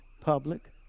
public